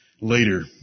later